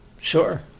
sure